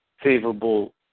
favorable